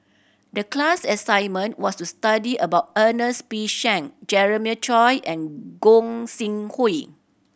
the class assignment was to study about Ernest P Shank Jeremiah Choy and Gog Sing Hooi